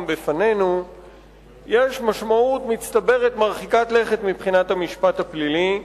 בפנינו יש משמעות מצטברת מרחיקת לכת מבחינת המשפט הפלילי,